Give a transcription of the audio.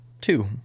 two